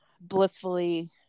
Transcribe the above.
blissfully